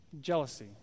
Jealousy